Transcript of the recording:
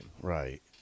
Right